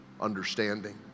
understanding